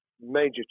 major